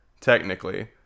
technically